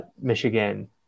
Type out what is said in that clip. Michigan